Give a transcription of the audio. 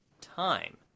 time